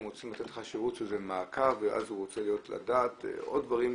הן רוצות לתת לך שירות של מעקב ואז הוא רוצה לדעת עוד דברים.